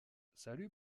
salut